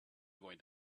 going